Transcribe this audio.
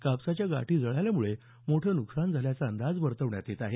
कापसाच्या गाठी जळाल्यामुळे मोठं नुकसान झाल्याचा अंदाज वर्तवण्यात येत आहे